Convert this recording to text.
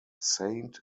saint